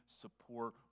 support